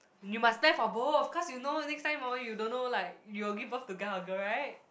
you must plan for both cause you know next time hor you don't know like you will give birth to guy or girl right